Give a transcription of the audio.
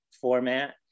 format